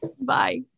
Bye